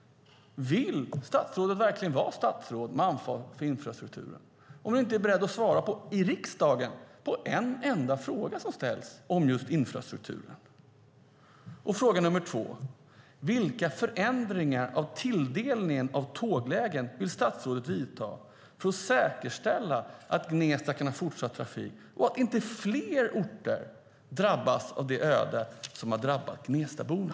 Vill statsrådet verkligen vara statsråd med ansvar för infrastrukturen om hon inte är beredd att i riksdagen svara på en enda fråga som ställs om just infrastrukturen? Vilka förändringar av tilldelningen av tåglägen vill statsrådet vidta för att säkerställa att Gnesta kan ha fortsatt trafik och att inte fler orter drabbas av det öde som drabbat Gnesta?